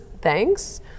thanks